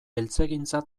eltzegintza